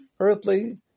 earthly